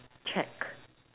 check